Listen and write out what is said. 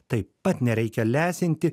taip pat nereikia lesinti